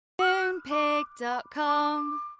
Moonpig.com